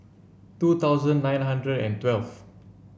two thousand nine hundred and twelve